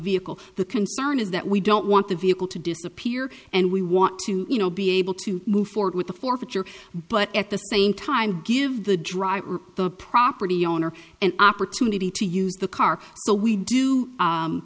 vehicle the concern is that we don't want the vehicle to disappear and we want to you know be able to move forward with the forfeiture but at the same time give the driver the property owner an opportunity to use the car so we do